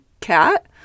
cat